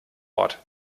ort